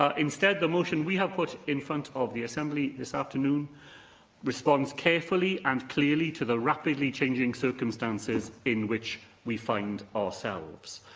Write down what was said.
um instead, the motion we have put in front of the assembly this afternoon responds carefully and clearly to the rapidly changing circumstances in which we find ourselves.